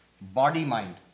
Body-mind